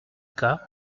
cas